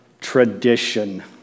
tradition